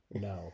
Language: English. No